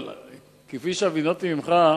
אבל כפי שהבינותי ממך,